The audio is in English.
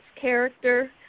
character